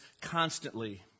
constantly